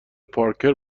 پارکر